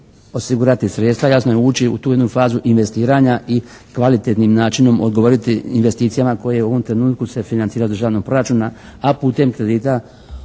osigurati sredstva jasno, ući u tu jednu fazu investiranja i kvalitetnim načinom odgovoriti investicijama koje u ovom trenutku se financiraju iz državnog proračuna a putem kredita od